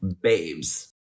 babes